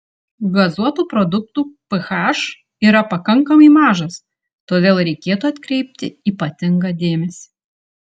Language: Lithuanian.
gazuotų produktų ph yra pakankamai mažas todėl reikėtų atkreipti ypatingą dėmesį